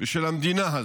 ושל המדינה הזו,